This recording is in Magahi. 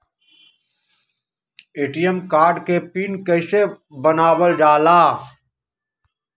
ए.टी.एम कार्ड के पिन कैसे बनावल जाला?